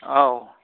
औ